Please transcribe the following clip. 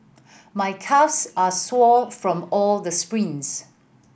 my calves are sore from all the sprints